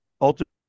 ultimately